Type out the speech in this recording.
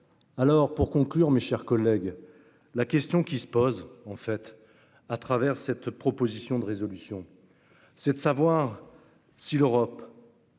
Pour conclure, mes chers collègues, la question qui se pose, en fait, à travers cette proposition de résolution, est de savoir si l'Europe